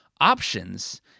options